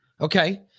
Okay